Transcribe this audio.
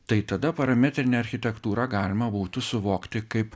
tai tada parametrinę architektūrą galima būtų suvokti kaip